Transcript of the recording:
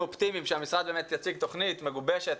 אופטימיים שהמשרד באמת יגיש תוכנית מגובשת,